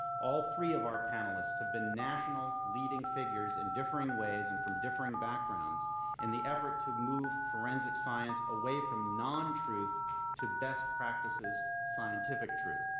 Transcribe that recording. all three of our panelists have been national leading figures in differing ways and from differing backgrounds in the effort to move forensic science away from non-truth to best practices, scientific truth.